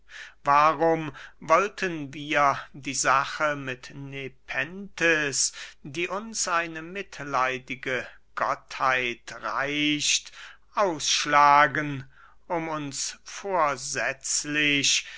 warum wollten wir die schale mit nepenthes die uns eine mitleidige gottheit reicht ausschlagen um uns vorsätzlich